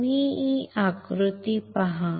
तुम्ही ही आकृती पहा